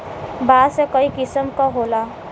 बांस क कई किसम क होला